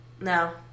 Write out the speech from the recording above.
No